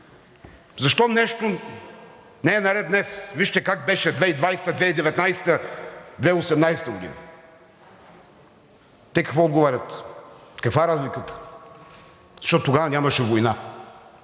защо нещо не е наред днес, вижте как беше 2020-а, 2019-а, 2018 г., те какво отговарят, каква е разликата: „Защото тогава нямаше война.“.